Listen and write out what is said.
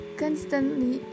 constantly